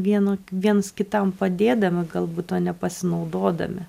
vieno viens kitam padėdami galbūt o ne pasinaudodami